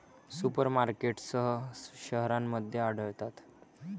super markets शहरांमध्ये आढळतात